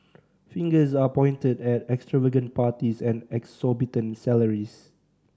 fingers are pointed at extravagant parties and exorbitant salaries